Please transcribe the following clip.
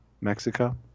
Mexico